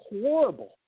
horrible